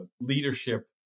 leadership